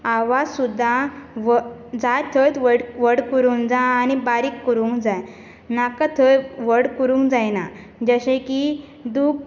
आवाज सुद्दां व्ह जाय थंयच व्हड करूंक जाय आनी बारीक करूंक जाय नाका थंय व्हड करूंक जायना जशें की दुख्ख